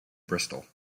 bristol